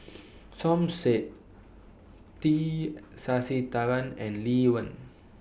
Som Said T Sasitharan and Lee Wen